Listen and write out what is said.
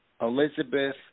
Elizabeth